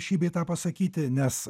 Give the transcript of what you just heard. šį bei tą pasakyti nes